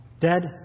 dead